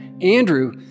Andrew